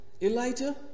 Elijah